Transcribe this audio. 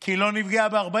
כי היא לא נפגעה ב-40%.